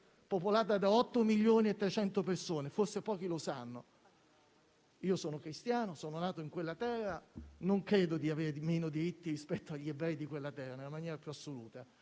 popolata da 8,3 milioni di persone, forse pochi lo sanno. Io sono cristiano, sono nato in quella terra e non credo di avere meno diritti rispetto agli ebrei di quella terra, nella maniera più assoluta,